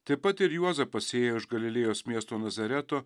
taip pat ir juozapas ėjo iš galilėjos miesto nazareto